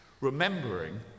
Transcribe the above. Remembering